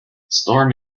storm